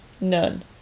None